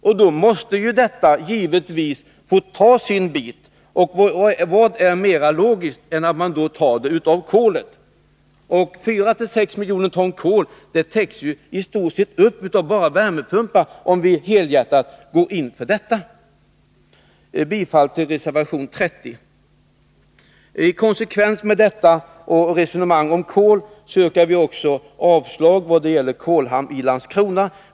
Men då måste givetvis värmepumpstekniken beredas utrymme, och vad är mera logiskt än att ta det från kolet. 4-6 miljoner ton kol täcks i stort sett upp av bara värmepumpar, om vi helhjärtat går in för det. Jag yrkar bifall till reservation 30. I konsekvens med vårt resonemang om kol yrkar vi också avslag på förslaget om en kolhamn i Landskrona.